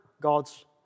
God's